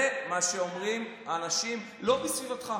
זה מה שאומרים אנשים שאינם בסביבתך.